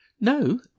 No